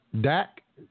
Dak